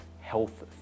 health